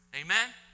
Amen